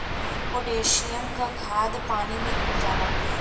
potassium क खाद पानी में घुल जाला